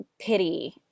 pity